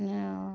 اوہ